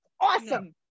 awesome